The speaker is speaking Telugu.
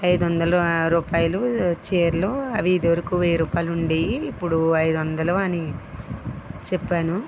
ఐదువందల ఆ రూపాయలు చీరలు అవి ఇది వరకు వెయ్యి రూపాయలు ఉండేవి ఇప్పుడు ఐదువందలు అని చెప్పాను